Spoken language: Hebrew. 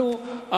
ועדת הפנים.